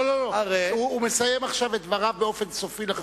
לא, לא, הוא מסיים את דבריו באופן סופי לחלוטין.